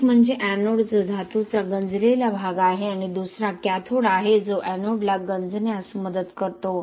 एक म्हणजे एनोड जो धातूचा गंजलेला भाग आहे आणि दुसरा कॅथोड आहे जो एनोडला गंजण्यास मदत करतो